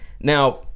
Now